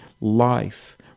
life